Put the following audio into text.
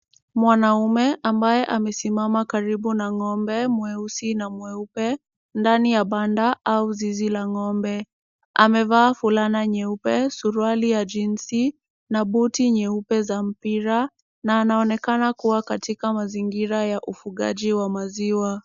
Mwanaume ambaye amesimama karibu na ng'ombe mweusi na mweupe ndani ya banda au zizi la ng'ombe. Amevaa fulana nyeupe, suruali ya jeans na buti nyepe za mpira na anaonekana kuwa katika mazingira ya ufugaji wa maziwa.